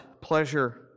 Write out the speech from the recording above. pleasure